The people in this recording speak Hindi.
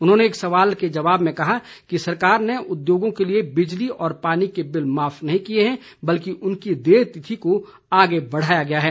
उन्होंने एक सवाल के जवाब में कहा कि सरकार ने उद्योगों के लिए बिजली व पानी के बिल माफ नहीं किए हैं बल्कि इनकी देय तिथि को आगे बढ़ाया गया है